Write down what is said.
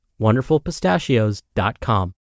WonderfulPistachios.com